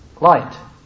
light